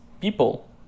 people